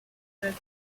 trying